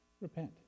Repent